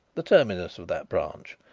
the terminus of that branch,